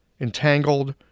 entangled